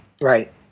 Right